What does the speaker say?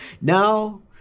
Now